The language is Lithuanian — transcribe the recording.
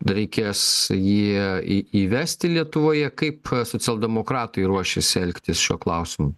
reikės jį į įvesti lietuvoje kaip socialdemokratai ruošiasi elgtis šiuo klausimu